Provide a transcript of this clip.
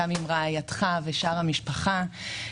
גם עם רעייתך ושאר המשפחה.